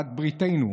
בעלת בריתנו,